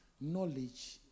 knowledge